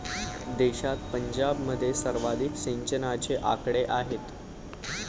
देशात पंजाबमध्ये सर्वाधिक सिंचनाचे आकडे आहेत